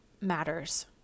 matters